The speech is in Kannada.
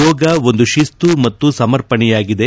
ಯೋಗ ಒಂದು ಶಿಸ್ತು ಮತ್ತು ಸಮರ್ಪಣೆಯಾಗಿದೆ